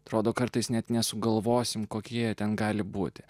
atrodo kartais net nesugalvosime kokie ten gali būti